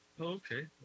okay